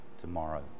tomorrow